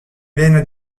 viene